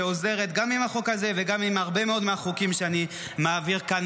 שעוזרת גם עם החוק הזה וגם עם הרבה מאוד מהחוקים שאני מעביר כאן,